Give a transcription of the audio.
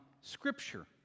Scripture